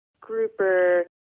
grouper